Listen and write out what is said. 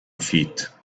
feet